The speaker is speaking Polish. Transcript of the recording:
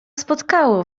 spotkało